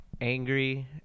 angry